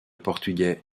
portugais